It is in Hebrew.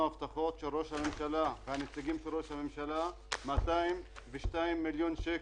הבטחות מראש הממשלה ומנציגיו על 202 מיליון שקל.